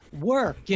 work